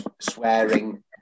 swearing